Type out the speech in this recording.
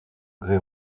grès